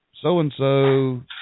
so-and-so